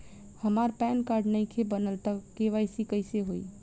हमार PAN card नईखे बनल त के.वाइ.सी कइसे होई?